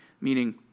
meaning